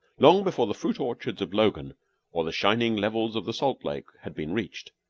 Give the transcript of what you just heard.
long before the fruit orchards of logan or the shining levels of the salt lake had been reached,